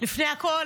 לפני הכול,